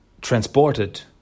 transported